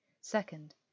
Second